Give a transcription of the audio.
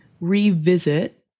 revisit